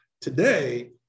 Today